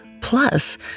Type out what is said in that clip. Plus